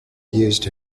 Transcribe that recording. used